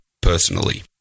personally